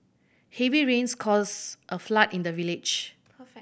heavy rains caused a flood in the village